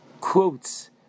quotes